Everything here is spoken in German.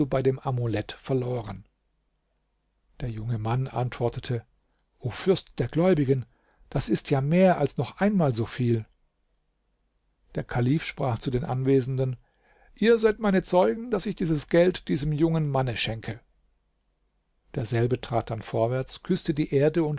bei dem amulett verloren der junge mann antwortete o fürst der gläubigen das ist ja mehr als noch einmal so viel der kalif sprach zu den anwesenden ihr seid zeugen daß ich dieses geld diesem jungen manne schenke derselbe trat dann vorwärts küßte die erde